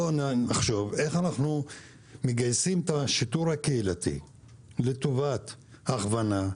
בואו נחשוב איך אנחנו מגייסים את השיטור הקהילתי לטובת הכוונה,